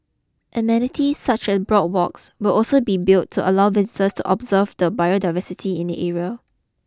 amenities such as boardwalks will also be built to allow visitors to observe the biodiversity in the area